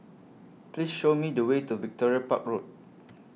Please Show Me The Way to Victoria Park Road